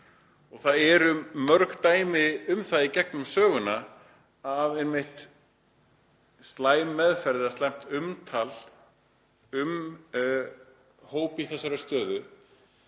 Það eru mörg dæmi um það í gegnum söguna að slæm meðferð eða slæmt umtal um hóp í þessari stöðu